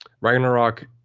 Ragnarok